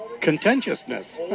contentiousness